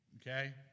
Okay